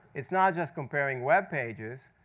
it's not just comparing web pages,